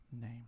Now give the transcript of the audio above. name